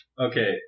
Okay